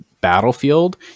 Battlefield